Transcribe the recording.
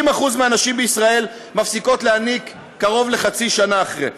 60% מהנשים בישראל מפסיקות להניק קרוב לחצי שנה אחרי.